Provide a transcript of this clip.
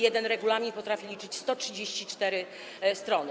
Jeden regulamin potrafi liczyć 134 strony.